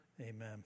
Amen